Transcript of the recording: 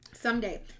Someday